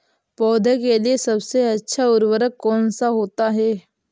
पौधे के लिए सबसे अच्छा उर्वरक कौन सा होता है?